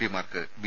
പിമാർക്ക് B